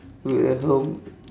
build a home